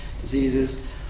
diseases